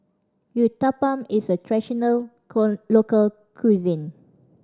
uthapam is a traditional local cuisine